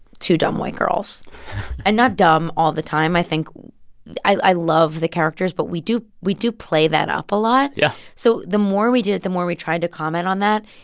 two dumb, white girls and not dumb all the time, i think i love the characters. but we do we do play that up a lot yeah so the more we did it, the more we tried to comment on that.